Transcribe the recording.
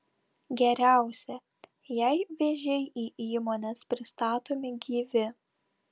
geriausia jei vėžiai į įmones pristatomi gyvi